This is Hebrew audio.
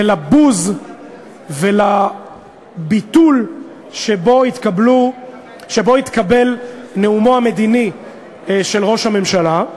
ולבוז ולביטול שבהם התקבל נאומו המדיני של ראש הממשלה,